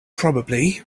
probably